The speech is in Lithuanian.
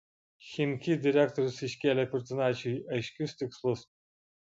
chimki direktorius iškėlė kurtinaičiui aiškius tikslus